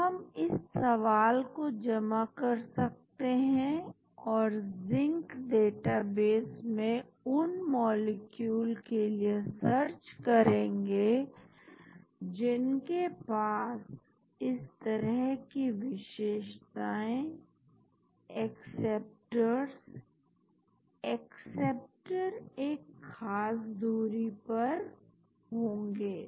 अब हम इस सवाल को जमा कर सकते हैं और जिंक डेटाबेस में उन मॉलिक्यूल के लिए सर्च करेंगे जिनके पास इस तरह की विशेषताएं एक्सेप्टर्स एक्सेप्टर एक खास दूरी पर होंगे